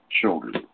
children